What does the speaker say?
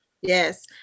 Yes